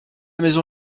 maison